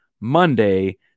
Monday